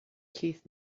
keith